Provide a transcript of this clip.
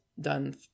done